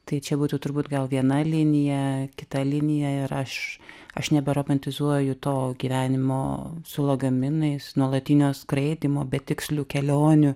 tai čia būtų turbūt gal viena linija kita linija ir aš aš nebe romantizuoju to gyvenimo su lagaminais nuolatinio skraidymo betikslių kelionių